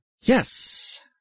Yes